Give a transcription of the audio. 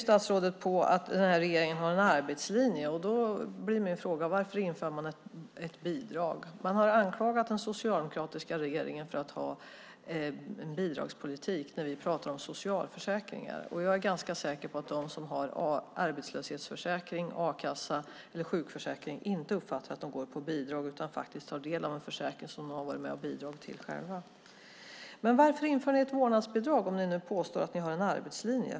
Statsrådet pekar på att regeringen har en arbetslinje, och då blir min fråga: Varför inför man ett bidrag? Man har anklagat den socialdemokratiska regeringen för att ha en bidragspolitik när vi pratar om socialförsäkringar. Jag är ganska säker på att de som har arbetslöshetsförsäkring, a-kassa eller sjukförsäkring inte uppfattar att de går på bidrag utan menar att de tar del av en försäkring som de själva har varit med och bidragit till. Varför införa ett vårdnadsbidrag om ni nu påstår att ni har en arbetslinje?